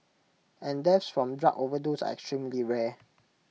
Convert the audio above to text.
and deaths from drug overdose are extremely rare